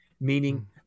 meaning